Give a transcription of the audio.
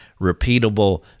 repeatable